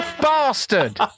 bastard